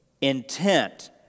intent